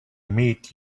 meet